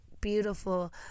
beautiful